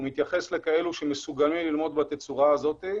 מתייחס לכאלו שמסוגלים ללמוד בתוצרה הזאת.